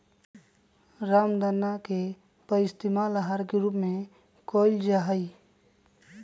रामदाना के पइस्तेमाल आहार के रूप में कइल जाहई